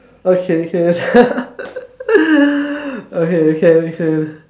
okay okay okay can can